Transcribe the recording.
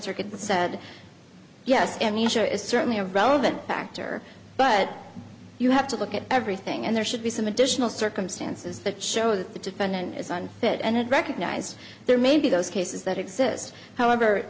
circuit said yes and he sure is certainly a relevant factor but you have to look at everything and there should be some additional circumstances that show that the defendant is unfit and it recognizes there may be those cases that exist however